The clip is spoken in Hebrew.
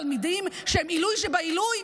תלמידים שהם עילוי שבעילוי,